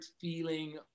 feeling